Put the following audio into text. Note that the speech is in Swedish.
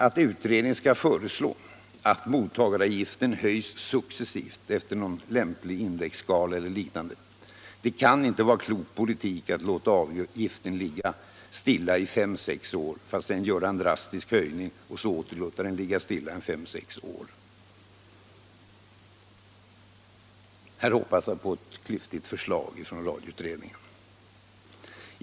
att utredningen skall föreslå att mottagaravgifterna höjs successivt efter någon lämplig indexskala eller liknande. Det kan inte vara klokt att låta avgifterna ligga stilla i fem sex år för att sedan göra en drastisk höjning och därefter åter låta dem ligga stilla ; fem sex år. Jag hoppas på ett klyftigt förslag från radioutredningen.